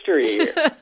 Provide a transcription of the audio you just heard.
history